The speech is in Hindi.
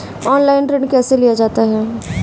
ऑनलाइन ऋण कैसे लिया जाता है?